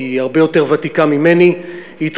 היא הרבה יותר ותיקה ממני.